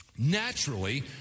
Naturally